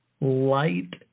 Light